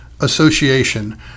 association